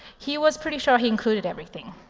he was pretty sure he included everything.